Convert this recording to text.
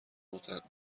متوجه